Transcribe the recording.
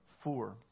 four